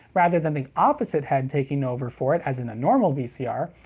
rather than the opposite head taking over for it as in a normal vcr,